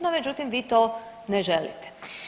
No međutim vi to ne želite.